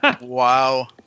Wow